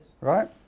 right